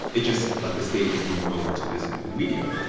it just left the stage and moved over to this new medium